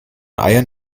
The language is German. eiern